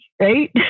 right